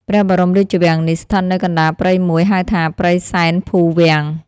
ព្រះបរមរាជវាំងនេះ ស្ថិតនៅកណ្តាលព្រៃមួយ ហៅថា ព្រៃសែនភូវាំង។